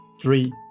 Three